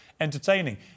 entertaining